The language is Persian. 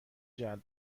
جلب